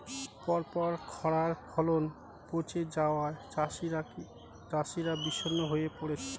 পরপর খড়ায় ফলন পচে যাওয়ায় চাষিরা বিষণ্ণ হয়ে পরেছে